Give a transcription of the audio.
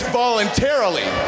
voluntarily